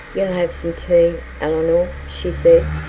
you'll have some tea, eleanor she said.